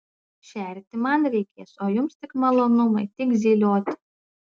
šerti man reikės o jums tik malonumai tik zylioti